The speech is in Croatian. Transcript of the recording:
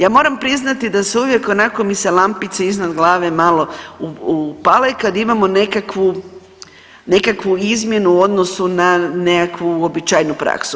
Ja moram priznati da se uvijek onako mi se lampice iznad glave malo upale kad imamo nekakvu izmjenu u odnosu na nekakvu uobičajenu praksu.